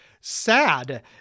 sad